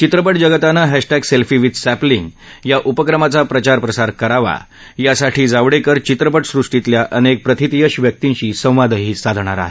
चित्रपट जगतानं hashtag selfie with sapling या उपक्रमाचा प्रचार प्रसार करावा यासाठी जावडेकर चित्रपट सृष्टीतल्या अनेक प्रतिथयश व्यक्तींशी संवादही साधणार आहेत